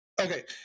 Okay